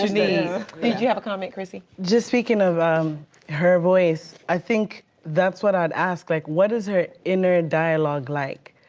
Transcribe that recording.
need. did you have a comment crissie? just speaking of her voice, i think that's what i'd ask. like what is her inner dialogue like?